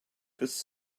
this